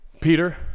Peter